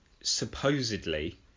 supposedly